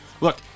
look